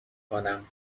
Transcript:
کنم